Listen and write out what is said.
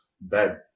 bed